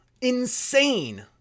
insane